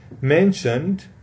mentioned